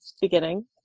beginning